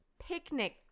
picnic